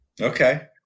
Okay